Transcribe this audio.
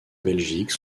belgique